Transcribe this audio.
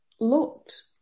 looked